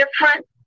different